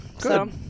Good